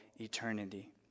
eternity